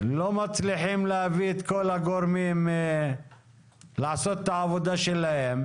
הם הביאו, הוועדה יכולה לשנות.